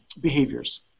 behaviors